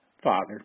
father